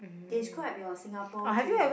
describe your Singapore dream